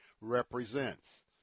represents